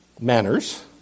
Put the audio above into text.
manners